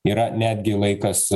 yra netgi laikas